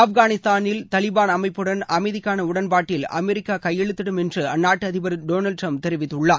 ஆப்கானிஸ்தானில் தாலிபான் அமைப்புடன் அமைதிக்கான உடன்பாட்டில் அமெரிக்கா கையெழுத்திடும் என்று அந்நாட்டு அதிபர் டோனால்டு ட்ரம்ப் தெரிவித்துள்ளார்